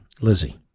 Lizzie